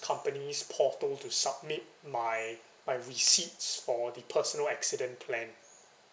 company's portal to submit my my receipts for the personal accident plan